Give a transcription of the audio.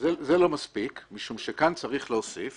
זה לא מספיק משום שכאן צריך להוסיף